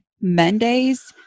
Mondays